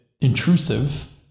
intrusive